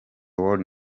world